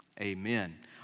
Amen